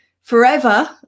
forever